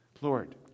Lord